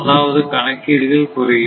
அதாவது கணக்கீடுகள் குறையும்